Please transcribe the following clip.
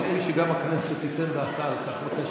ראוי שגם הכנסת תיתן דעתה על כך.